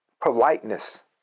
politeness